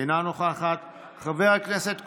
אינה נוכחת, חבר הכנסת קושניר,